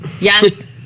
yes